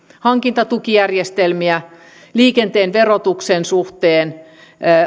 hankintatukijärjestelmiä liikenteen verotuksen suhteen